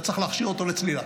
אתה צריך להכשיר אותו לצלילה,